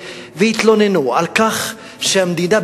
ויתלוננו על כך שהמדינה,